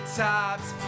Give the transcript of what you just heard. tops